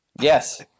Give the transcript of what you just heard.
Yes